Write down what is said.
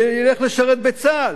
והוא ילך לשרת בצה"ל,